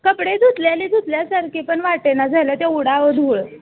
कपडे धुतल्याली धुतल्यासारखे पण वाटेना झालं तेवढं अहो धूळ